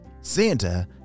Santa